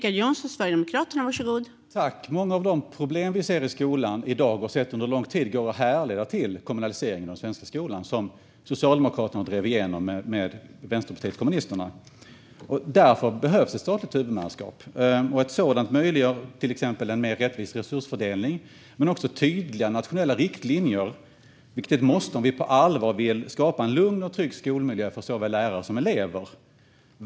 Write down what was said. Fru talman! Många av de problem vi ser i skolan i dag och har sett under lång tid går att härleda till kommunaliseringen av den svenska skolan, som Socialdemokraterna drev igenom med Vänsterpartiet kommunisterna. Därför behövs ett statligt huvudmannaskap. Ett sådant möjliggör till exempel en mer rättvis resursfördelning men också tydliga nationella riktlinjer, vilket är ett måste om vi på allvar vill skapa en lugn och trygg skolmiljö för såväl lärare som elever.